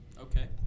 Okay